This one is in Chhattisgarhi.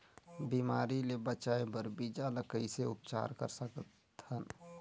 बिमारी ले बचाय बर बीजा ल कइसे उपचार कर सकत हन?